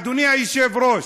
אדוני היושב-ראש,